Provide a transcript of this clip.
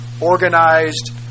organized